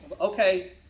Okay